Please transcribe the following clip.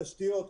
תשתיות,